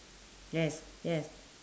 yes yes